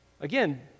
Again